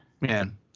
man